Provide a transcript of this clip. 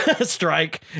strike